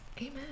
amen